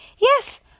Yes